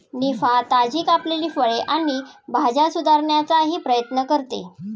निफा, ताजी कापलेली फळे आणि भाज्या सुधारण्याचाही प्रयत्न करते